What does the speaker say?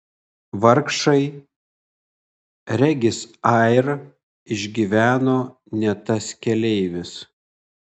vargšai regis air išgyveno ne tas keleivis